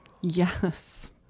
Yes